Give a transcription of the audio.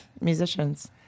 musicians